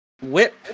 Whip